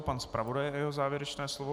Pan zpravodaj a jeho závěrečné slovo.